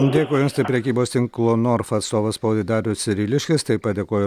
dėkui jums tai prekybos tinklo norfa atstovas spaudai darius ryliškis taip pat dėkoju